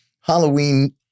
Halloween